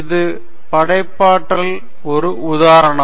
இது படைப்பாற்றல் ஒரு உதாரணம்